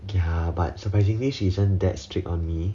ya but surprisingly she isn't that strict on me